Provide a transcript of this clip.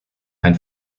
ein